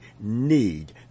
need